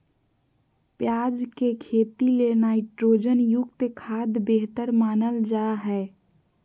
प्याज के खेती ले नाइट्रोजन युक्त खाद्य बेहतर मानल जा हय